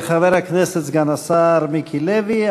חבר הכנסת סגן השר מיקי לוי,